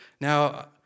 now